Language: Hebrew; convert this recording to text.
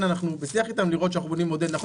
אנחנו בשיח איתם לראות שאנחנו בונים מודל נכון.